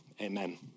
amen